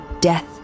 death